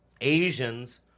Asians